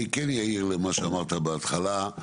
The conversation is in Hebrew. אני כן אעיר למה שאמרת בהתחלה.